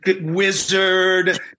wizard